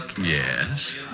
Yes